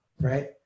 right